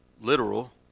literal